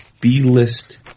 B-list